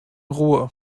ruhe